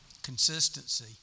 Consistency